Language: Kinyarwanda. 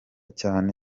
cyane